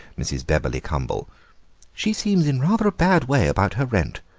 mrs. bebberly cumble she seems in rather a bad way about her rent.